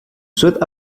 souhaite